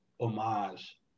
homage